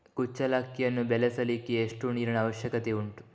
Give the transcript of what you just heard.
ಕುಚ್ಚಲಕ್ಕಿಯನ್ನು ಬೆಳೆಸಲಿಕ್ಕೆ ಎಷ್ಟು ನೀರಿನ ಅವಶ್ಯಕತೆ ಉಂಟು?